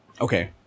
Okay